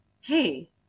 hey